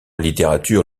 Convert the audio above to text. littérature